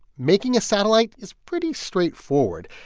making a satellite is pretty straightforward.